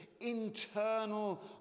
internal